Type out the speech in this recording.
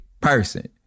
person